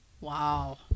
Wow